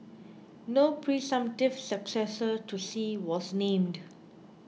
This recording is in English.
no presumptive successor to Xi was named